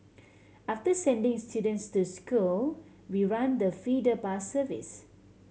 after sending students to school we run the feeder bus service